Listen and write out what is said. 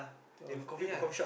eh ya